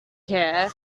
care